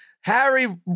Harry